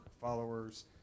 followers